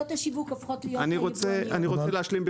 אני רוצה להשלים.